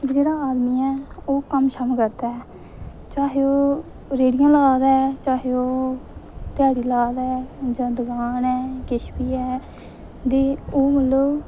ते जेह्ड़ा आदमी ऐ ओह् कम्म करदा ऐ चाहे ओह् रेह्ड़ियां ला दा ऐ चाहे ओह् दिहाड़ी ला दा ऐ जां दकान ऐ जां किश बी ऐ दे ओह् मतलब